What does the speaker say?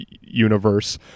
universe